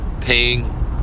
paying